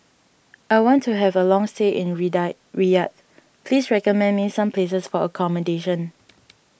I want to have a long stay in Riyadh please recommend me some places for accommodation